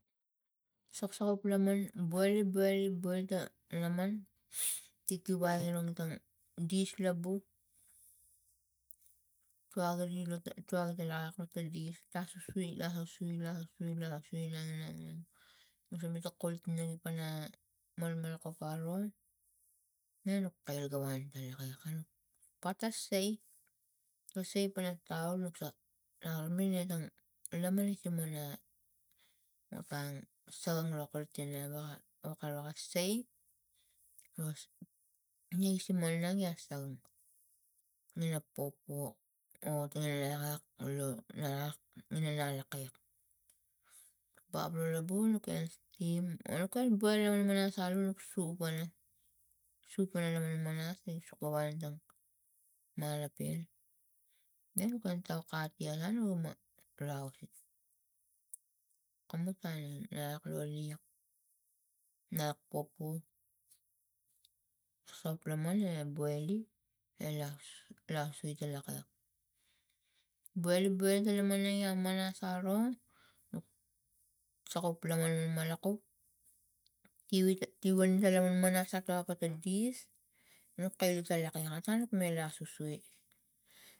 Soksok puk laman boil boil ta laman tikivai rongtan dis la buk tuakgari lo ta tuak gira akat ta dis lasusui lasusui lasusui lasusui inang inang inang inang nu samita kol tina ti pana malmal kuk aro ne nuk kail gawan la lak alak galak pata saip a saip pana taul noksa minang lamanis siman otang sagan ro gala tianaga oka ra ga saip gas ngias si mol niasang ina popo o tanginiak lo lakak nana lak kaiak baplo labu nukan stim o na boil la manmanas alu nuk sup pana sup pana lo manmanas e soko wan ti malopen ne nukan kati ata nu ma rause komu taneng alak lo liak na popo sop laman ina boile elas las su ta laklak boile boil ta laman manas aro nuk sokop laman manmanakuk kivi kival ta manmanas ako ta dis nuk kailak ta lakalak otang nuk minang susui.